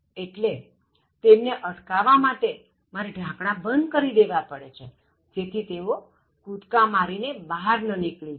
એટલે તેમને અટકાવવા મારે ઢાંકણા બંધ કરી દેવા પડે છે જેથી તેઓ કૂદકા મારી ને બહાર ન નીકળી જાય